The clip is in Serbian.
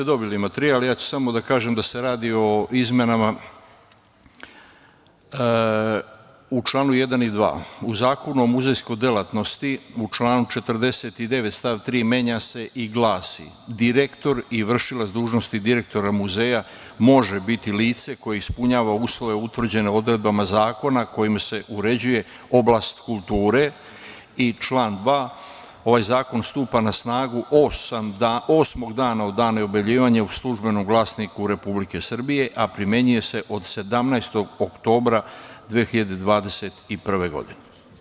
Želeo bih da kažem da se radi o sledećim izmenama: u čl. 1. i 2, u Zakonu o muzejskoj delatnosti, u članu 49. stav 3. menja se i glasi: "Direktor i vršilac dužnosti direktora muzeja može biti lice koje ispunjava uslove utvrđene odredbama zakona kojim se uređuje oblast kulture", i član 2: "Ovaj zakon stupa na snagu osmog dana od dana objavljivanja u "Službenom glasniku" Republike Srbije, a primenjuje se od 17. oktobra 2021. godine"